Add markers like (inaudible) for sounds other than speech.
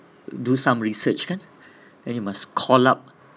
do some research kan (breath) then you must call up